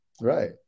right